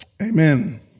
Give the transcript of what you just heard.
Amen